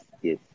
yes